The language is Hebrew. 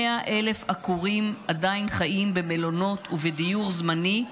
100,000 עקורים עדיין חיים במלונות ובדיור זמני,